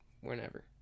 whenever